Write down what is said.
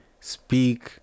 speak